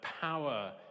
power